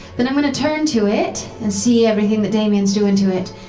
then i'm going to turn to it and see everything that damian's doing to it.